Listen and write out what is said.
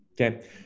Okay